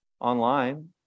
online